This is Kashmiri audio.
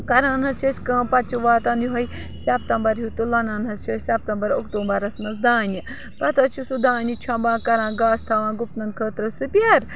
کَران حظ چھِ أسۍ کٲم پَتہٕ چھِ واتان یُہے سَپتَمبَر ہیوٗ تہٕ لونان حظ چھِ أسۍ سپتَمبَر اوکتوٗبَرَس منٛز دانہِ پَتہٕ حظ چھِ سُہ دانہِ چھۄمبان کَران گاسہٕ تھاوان گُپنَن خٲطرٕ سُپیر